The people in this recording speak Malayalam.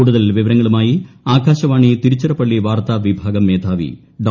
കൂടുതൽ വിവരങ്ങളുമായി ആകാശവാണി തിരുച്ചിറപ്പള്ളി വാർത്താ വിഭാഗം മേധാവി ഡോ